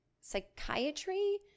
psychiatry